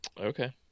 Okay